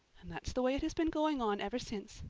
and that's the way it has been going on ever since.